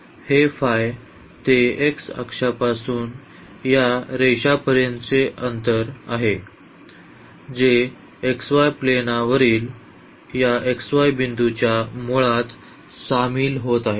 हे फाइ ते x अक्षापासून या रेषापर्यंतचे आहे जे xy प्लेनवरील या xy बिंदूच्या मूळात सामील होत आहे